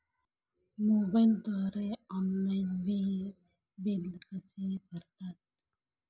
मोबाईलद्वारे ऑनलाईन वीज बिल कसे भरतात?